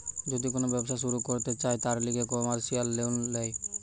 যদি কোন ব্যবসা শুরু করতে চায়, তার লিগে কমার্সিয়াল লোন ল্যায়